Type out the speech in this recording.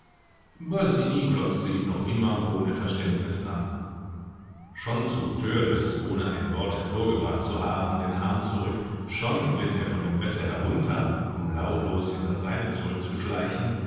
glotzte ihn noch immer ohne verständnis an schon zog törleß ohne ein wort hervorgebracht zu haben den arm zurück schon glitt er von dem bette herunter um lautlos in das seine zurückzuschleichen